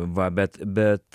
va bet bet